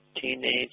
teenage